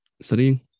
studying